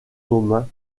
commun